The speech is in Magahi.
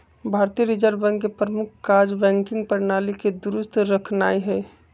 भारतीय रिजर्व बैंक के प्रमुख काज़ बैंकिंग प्रणाली के दुरुस्त रखनाइ हइ